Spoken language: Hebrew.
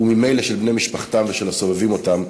ואף של בני-משפחתם ושל הסובבים אותם,